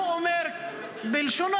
הוא אומר בלשונו,